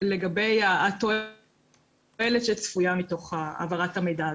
לגבי התועלת שצפויה מהעברת המידע הזה.